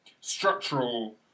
structural